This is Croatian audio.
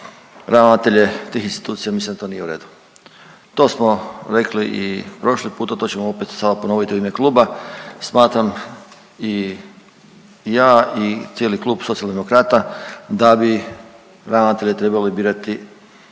ravnatelje tih institucija, mislim da to nije u redu. To smo rekli i prošli puta, to ćemo opet sada ponoviti u ime kluba. Smatram i ja i cijeli Klub Socijaldemokrata da bi ravnatelje trebali birati